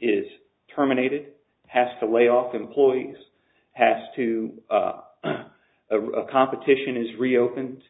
is terminated has to lay off employees has to a competition is reopened